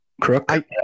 crook